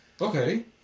okay